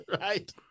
Right